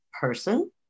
person